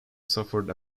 suffered